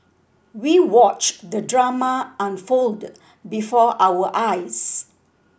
we watched the drama unfold before our eyes